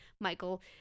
Michael